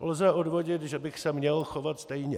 Lze odvodit, že bych se měl chovat stejně.